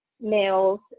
males